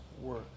work